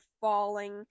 falling